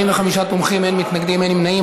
45 תומכים, אין מתנגדים, אין נמנעים.